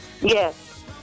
Yes